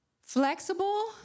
flexible